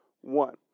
One